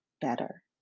better